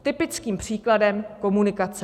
Typickým příkladem komunikace.